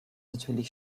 natürlich